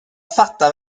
fattar